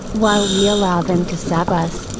while we allow them to sap us,